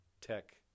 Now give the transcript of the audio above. tech